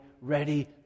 ready